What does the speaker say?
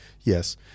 Yes